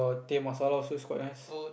teh masala also is quite nice